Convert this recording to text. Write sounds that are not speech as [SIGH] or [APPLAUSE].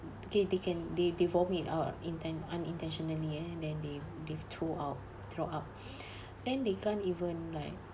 okay they can they they vomit out inten~ unintentionally and then they they throw out throw out [BREATH] then they can't even like